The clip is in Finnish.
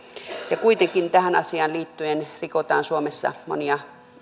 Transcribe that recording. ja kuitenkin tähän asiaan liittyen rikotaan suomessa monia